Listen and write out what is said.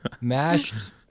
Mashed